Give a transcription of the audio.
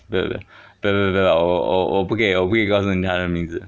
不要不要不要不要不要我我我不可以我不可以告诉你她的名字